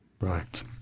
Right